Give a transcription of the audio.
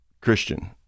Christian